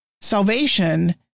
salvation